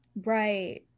right